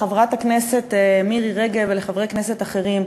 לחברת הכנסת מירי רגב ולחברי כנסת אחרים: